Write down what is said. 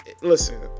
listen